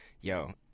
Yo